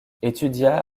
étudia